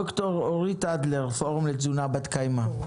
ד"ר דורית אדלר, פורום לתזונה בת קיימא.